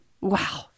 Wow